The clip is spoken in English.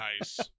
Nice